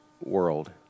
world